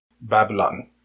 Babylon